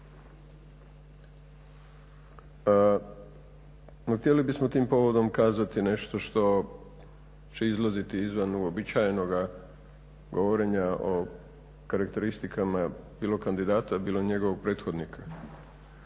Htjeli bismo tim povodom kazati nešto što će izlaziti izvan uobičajenoga govorenja o karakteristikama bilo kandidata, bilo njegovog prethodnika,